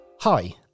Hi